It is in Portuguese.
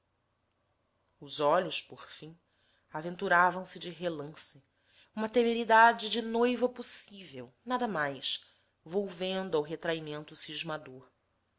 os olhos por fim aventuravam se de relance uma temeridade de noiva possível nada mais volvendo ao retraimento cismador